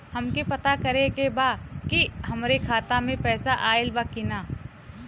हमके पता करे के बा कि हमरे खाता में पैसा ऑइल बा कि ना?